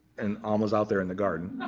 and alma's out there in the garden.